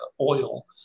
oil